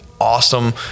awesome